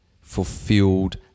fulfilled